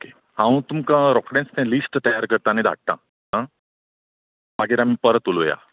okay हांव तुमकां रोखडेंच तें लिस्ट तयार करतां आनी धाडटां आं मागीर आमी परत उलोवया